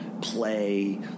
play